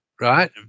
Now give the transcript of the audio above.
right